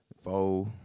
four